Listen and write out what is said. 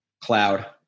cloud